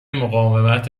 مقاومت